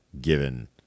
given